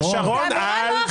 זו אמירה לא אחראית.